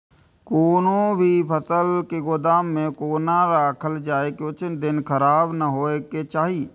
कोनो भी फसल के गोदाम में कोना राखल जाय की कुछ दिन खराब ने होय के चाही?